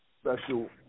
special